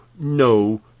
no